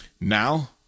now